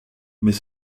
mais